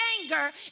anger